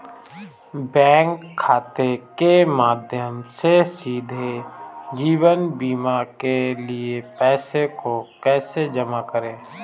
Bank खाते के माध्यम से सीधे जीवन बीमा के लिए पैसे को कैसे जमा करें?